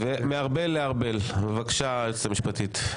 בבקשה היועצת המשפטית.